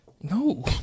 No